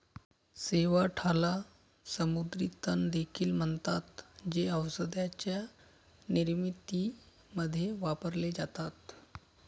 शेवाळाला समुद्री तण देखील म्हणतात, जे औषधांच्या निर्मितीमध्ये वापरले जातात